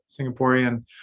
Singaporean